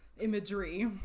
imagery